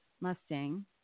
Mustang